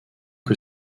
que